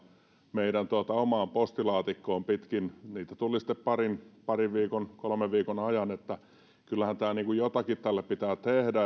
meidän omaan postilaatikkoon niitä tuli sitten parin kolmen viikon ajan niin kyllähän jotakin tälle pitää tehdä